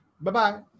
Bye-bye